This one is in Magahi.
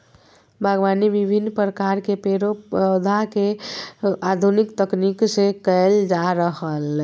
बागवानी विविन्न प्रकार के पेड़ पौधा के आधुनिक तकनीक से कैल जा रहलै